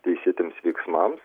teisėtiems veiksmams